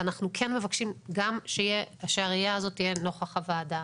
ואנחנו כן מבקשים גם שהראייה הזאת תהיה נוכח הוועדה.